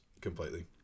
completely